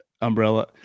umbrella